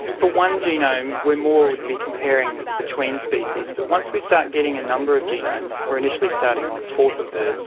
for one genome we more would be comparing between species, but once we start getting a number of genomes, we are initially starting on forty birds,